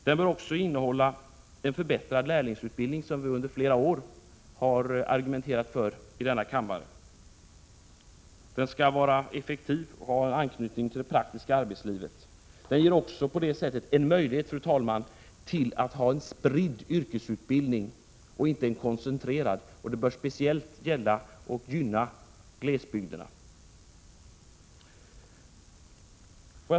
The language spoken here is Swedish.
Den bör också innehålla en förbättrad lärlingsutbildning, som vi under flera år har argumenterat för i denna kammare. Den skall vara effektiv och ha anknytning till det praktiska arbetslivet. Den ger också möjlighet, fru talman, till en mera spridd yrkesutbildning. Denna bör speciellt gynna glesbygderna.